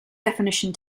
definition